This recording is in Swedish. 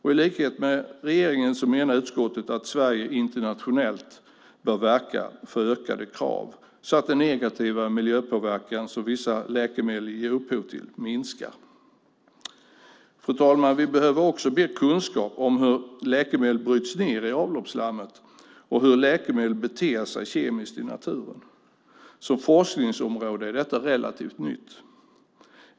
I likhet med regeringen menar utskottet att Sverige internationellt bör verka för ökade krav, så att den negativa miljöpåverkan som vissa läkemedel ger upphov till minskar. Fru talman! Vi behöver också mer kunskap om hur läkemedel bryts ned i avloppsslammet och hur läkemedel beter sig kemiskt i naturen. Som forskningsområde är detta relativt nytt.